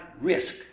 risk